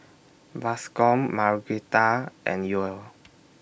Bascom Margueritta and Yoel